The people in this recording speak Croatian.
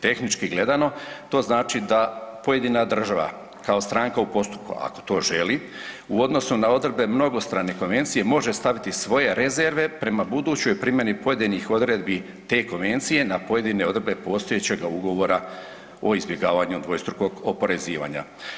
Tehnički gledano to znači da pojedina država kao stranka u postupku, ako to želi, u odnosu na odredbe mnogostrane konvencije može staviti svoje rezerve prema budućoj primjeni pojedinih odredbi te konvencije na pojedine odredbe postojećega ugovora o izbjegavanju dvostrukog oporezivanja.